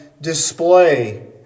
display